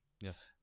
yes